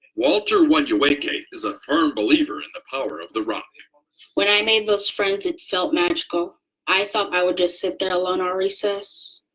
walter wenuwake is a firm believer in the power of the rock. when i made those friends, it felt magical i thought i would just sit there alone all recess,